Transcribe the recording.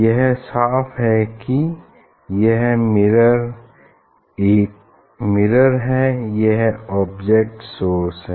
यह साफ़ है की यह मिरर हैं यह ऑब्जेक्ट सोर्स है